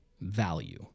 value